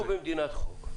אנחנו במדינת חוק.